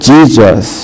Jesus